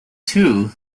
too